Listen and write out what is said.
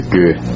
good